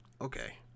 Okay